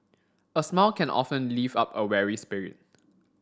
a smile can often lift up a weary spirit